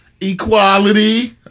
equality